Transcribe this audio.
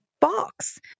box